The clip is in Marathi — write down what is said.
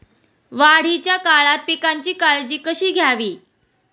वाढीच्या काळात पिकांची काळजी कशी घ्यावी?